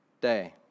day